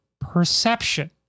perception